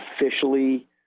officially